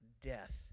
death